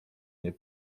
nie